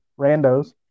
randos